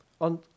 on